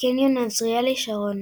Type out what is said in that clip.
בקניון עזריאלי שרונה.